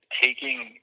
taking